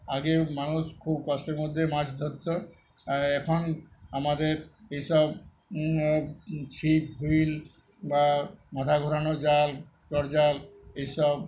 আগে মানুষ খুব কষ্টের মধ্যে মাছ ধরতো এখন আমাদের এইসব ছিপ হুইল বা মাথা ঘোরানো জাল জাল এইসব